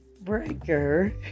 Breaker